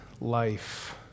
life